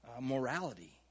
morality